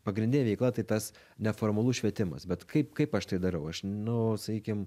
pagrindinė veikla tai tas neformalus švietimas bet kaip kaip aš tai darau aš nu sakykim